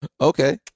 Okay